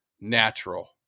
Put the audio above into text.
natural